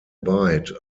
byte